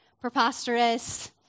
preposterous